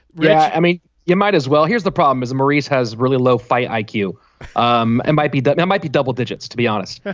yeah i mean you might as well here's the problem is maurice has really low fi like iq um and might be that man might be double digits to be honest.